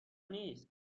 نیست